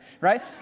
Right